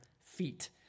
feet